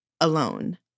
alone